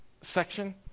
section